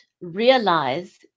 realize